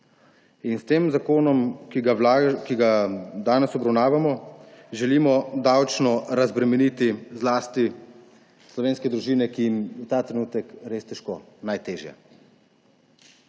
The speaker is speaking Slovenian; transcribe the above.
S tem zakonom, ki ga danes obravnavamo, želimo davčno razbremeniti zlasti slovenske družine, ki jim je ta trenutek res težko, najtežje.